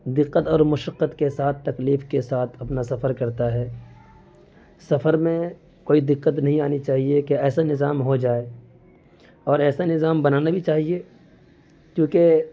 دِقّت اور مشقت کے ساتھ تکلیف کے ساتھ اپنا سفر کرتا ہے سفر میں کوئی دِقّت نہیں آنی چاہیے کہ ایسا نظام ہو جائے اور ایسا نظام بنانا بھی چاہیے کیونکہ